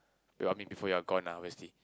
you want me before you are gone ah obviously